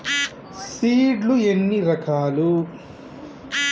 Seed లు ఎన్ని రకాలు?